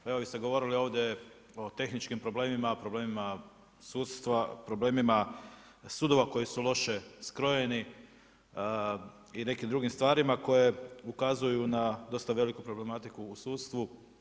Pa evo vi ste govorili ovdje o tehničkim problemima, problemima sudstva, problemima sudova koji su loše skrojeni i nekim drugim stvarima koje ukazuju na dosta veliku problematiku u sudstvu.